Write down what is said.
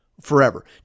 forever